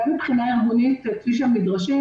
גם מבחינה ארגונית כפי שהם נדרשים,